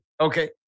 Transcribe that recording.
okay